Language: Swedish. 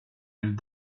vill